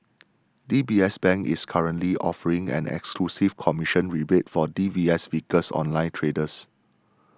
D B S Bank is currently offering an exclusive commission rebate for D B S Vickers online traders